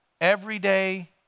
everyday